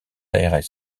aires